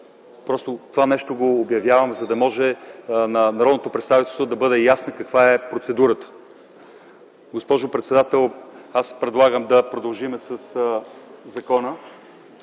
детето. Това нещо го обявявам, за да може на народното представителство да бъде ясно каква е процедурата. Госпожо председател, аз предлагам да продължим със закона.